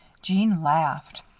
jeanne laughed.